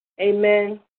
Amen